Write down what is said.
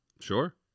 Sure